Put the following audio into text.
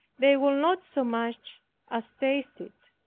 they will not so much as taste it.